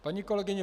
Paní kolegyně